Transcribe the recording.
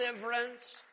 deliverance